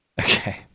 Okay